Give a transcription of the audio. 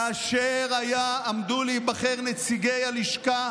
כאשר עמדו להיבחר נציגי הלשכה